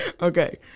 okay